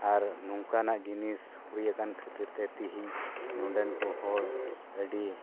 ᱟᱨ ᱱᱚᱝᱠᱟᱱᱟᱜ ᱡᱤᱱᱤᱥ ᱦᱩᱭ ᱟᱠᱟᱱ ᱠᱷᱟᱹᱛᱤᱨᱛᱮ ᱛᱮᱦᱮᱧ ᱱᱚᱸᱰᱮᱱ ᱠᱚ ᱦᱚᱲ ᱟᱹᱰᱤ